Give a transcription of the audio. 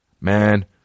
Man